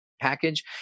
Package